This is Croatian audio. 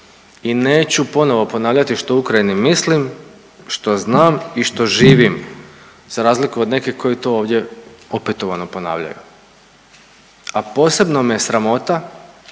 i neću ponovo ponavljati što o Ukrajini mislim, što znam i što živim za razliku od nekih koji to ovdje opetovano ponavljaju. A posebno me sramota